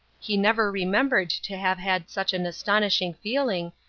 he never remembered to have had such an astonishing feeling,